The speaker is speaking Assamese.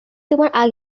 তোমাৰ